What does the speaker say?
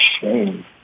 shame